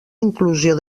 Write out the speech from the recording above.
inclusió